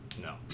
No